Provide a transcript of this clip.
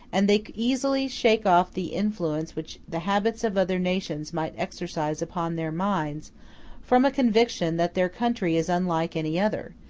and they easily shake off the influence which the habits of other nations might exercise upon their minds from a conviction that their country is unlike any other,